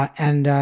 and,